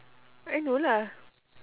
I know lah